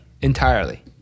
entirely